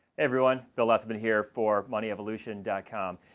everyone, bill lethemon here for moneyevolution yeah com.